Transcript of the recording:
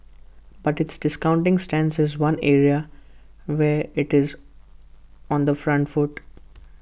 but its discounting stance is one area where IT is on the front foot